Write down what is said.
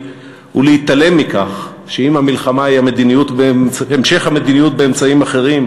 ולהתעלם מכך שאם המלחמה היא המשך המדיניות באמצעים אחרים,